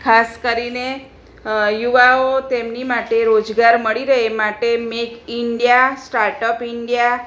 ખાસ કરીને યુવાઓ તેમની માટે રોજગાર મળી રહે એ માટે make India start up India